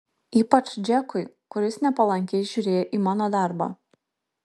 ypač džekui kuris nepalankiai žiūrėjo į mano darbą